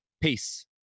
Peace